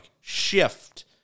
shift